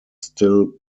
still